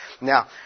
Now